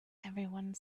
everyone